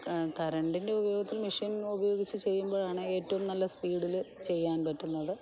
കറണ്ടിൻ്റെ ഉപയോഗത്തിൽ മെഷീൻ ഉപയോഗിച്ച് ചെയ്യുമ്പോഴാണ് ഏറ്റവും നല്ല സ്പീഡിൽ ചെയ്യാൻ പറ്റുന്നത്